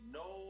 no